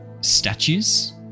statues